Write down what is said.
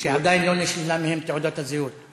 שעדיין לא נשללה מהם תעודת הזהות.